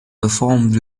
performed